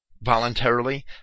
voluntarily